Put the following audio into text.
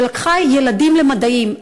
שלקחה ילדים למדעים.